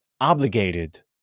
obligated